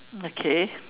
okay